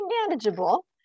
manageable